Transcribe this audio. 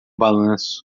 balanço